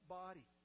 body